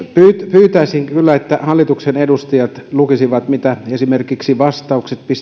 pyytäisin kyllä että hallituksen edustajat lukisivat mitä esimerkiksi vastaukset